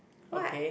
what